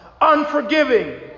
unforgiving